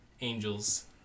angels